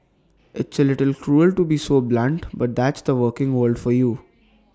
it's A little cruel to be so blunt but that's the working world for you